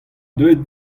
deuet